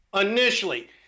initially